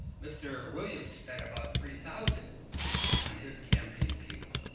mr. williams spent about three thousand on his campaign people.